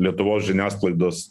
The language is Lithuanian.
lietuvos žiniasklaidos